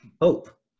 hope